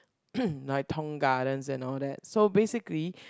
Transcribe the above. like Tong Garden and all that so basically